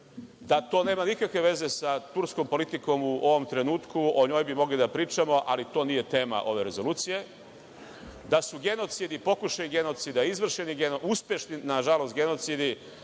da to nema nikakve veze sa turskom politikom u ovom trenutku. O njoj bi mogli da pričamo, ali to nije tema ove rezolucije. Da su genocidi, pokušaji genocida, izvršeni, uspešni, nažalost, genocidi,